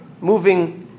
moving